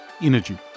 energy